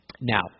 Now